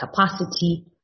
capacity